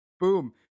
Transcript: Boom